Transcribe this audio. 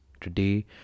Today